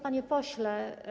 Panie Pośle!